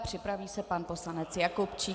Připraví se pan poslanec Jakubčík.